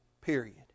period